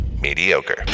mediocre